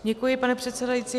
Děkuji, pane předsedající.